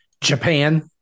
Japan